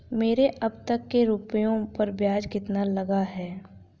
मेरे अब तक के रुपयों पर ब्याज कितना लगा है?